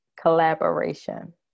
collaboration